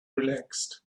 relaxed